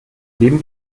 leben